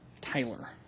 Tyler